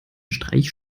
streich